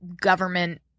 government